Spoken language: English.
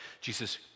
Jesus